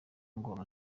ngo